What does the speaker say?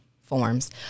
forms